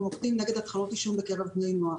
נוקטים נגד התחלות עישון בקרב בני נוער.